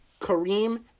Kareem